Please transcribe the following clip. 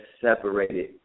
separated